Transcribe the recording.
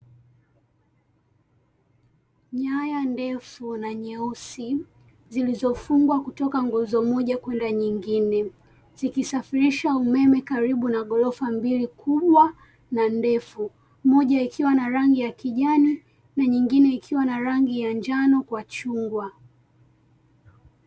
Nyaya ndefu na nyeusi, zilizofungwa kutoka nguzo moja kwenda nyingine, zikisafirisha umeme karibu na ghorofa mbili, kubwa, na ndefu moja ikiwa na rangi ya kijani na nyingine ikiwa na rangi ya njano, kwa chungwa.